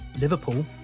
Liverpool